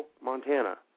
Montana